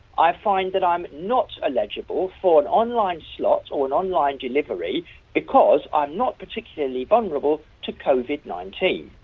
i find that i'm not eligible for an online slot or an online delivery because i'm not particularly vulnerable to covid nineteen.